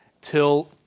till